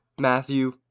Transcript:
Matthew